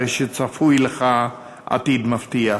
הרי שצפוי לך עתיד מבטיח.